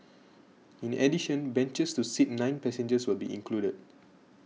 in addition benches to seat nine passengers will be included